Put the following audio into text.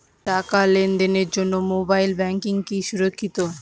টাকা লেনদেনের জন্য মোবাইল ব্যাঙ্কিং কি সুরক্ষিত?